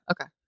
Okay